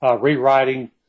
rewriting